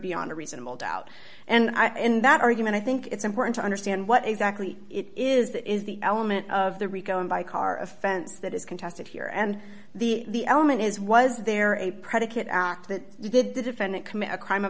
beyond a reasonable doubt and i in that argument i think it's important to understand what exactly it is that is the element of the rico and by car offense that is contested here and the element is was there a predicate act that did the defendant commit a crime of